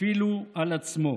אפילו על עצמו.